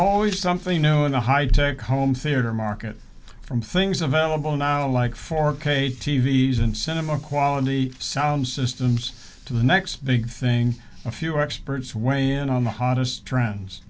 always something new in the high tech home theater market from things available now like four k t v s and sent him a quality sound systems to the next big thing a few experts weigh in on the hottest trends